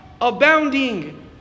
abounding